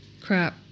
Crap